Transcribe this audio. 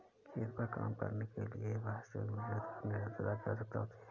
खेत पर काम करने के लिए वास्तविक मेहनत और निरंतरता की आवश्यकता होती है